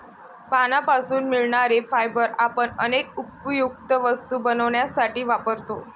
पानांपासून मिळणारे फायबर आपण अनेक उपयुक्त वस्तू बनवण्यासाठी वापरतो